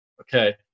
Okay